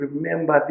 remember